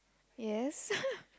yes